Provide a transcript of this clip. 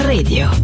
Radio